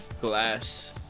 glass